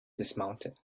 dismounted